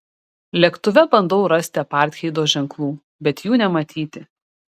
lėktuve bandau rasti apartheido ženklų bet jų nematyti